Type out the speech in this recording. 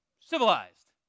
civilized